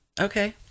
okay